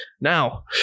Now